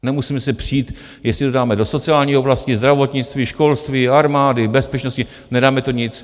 Nemusíme se přít, jestli to dáme do sociální oblasti, zdravotnictví, školství, armády, bezpečnosti, nedáme to nic.